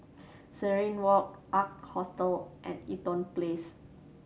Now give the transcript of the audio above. Serenade Walk Ark Hostel and Eaton Place